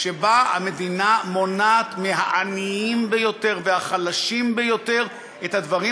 המדינה מונעת מהעניים ביותר והחלשים ביותר את הדברים